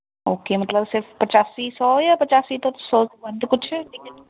okay ਮਤਲਬ ਸਿਰਫ ਪਚਾਸੀ ਸੌ ਜਾਂ ਪਚਾਸੀ ਤੋਂ ਸੌ ਕੁ ਵੱਧ ਕੁਛ ਟਿਕਟ